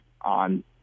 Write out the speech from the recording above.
on